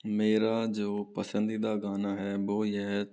मेरा जो पसंदीदा गाना है वो ये है